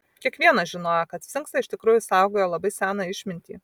kiekvienas žinojo kad sfinksai iš tikrųjų saugojo labai seną išmintį